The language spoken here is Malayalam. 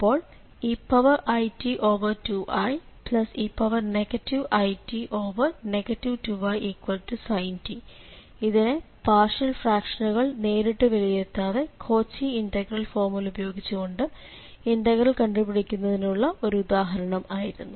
അപ്പോൾ eit2ie it 2isin t ഇത് പാർഷ്യൽ ഫ്രാക്ഷനുകൾ നേരിട്ട് വിലയിരുത്താതെ കോച്ചി ഇന്റഗ്രൽ ഫോർമുല ഉപയോഗിച്ചു കൊണ്ട് ഇന്റഗ്രൽ കണ്ടുപിടിക്കുന്നതിനുള്ള ഒരു ഉദാഹരണം ആയിരുന്നു